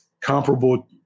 comparable